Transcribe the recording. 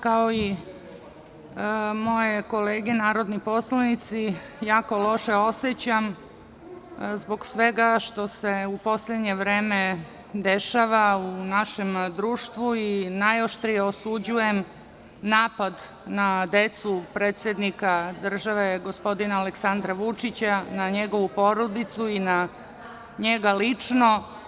Kao i moje kolege narodni poslanici, ja se jako loše osećam zbog svega što se u poslednje vreme dešava u našem društvu i najoštrije osuđujem napad na decu predsednika države, gospodina Aleksandra Vučića, na njegovu porodicu i na njega lično.